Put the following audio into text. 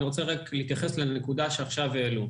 אני רוצה להתייחס לנקודה שהועלתה עכשיו.